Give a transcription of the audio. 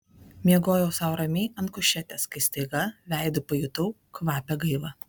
miegojau sau ramiai ant kušetės kai staiga veidu pajutau kvapią gaivą